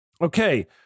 Okay